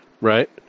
Right